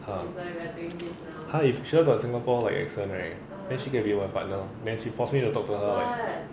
ha ha if sher got singapore like accent right then she can be my partner then she force me to talk to her [what]